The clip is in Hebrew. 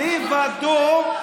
לבדו,